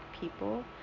people